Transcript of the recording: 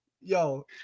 Yo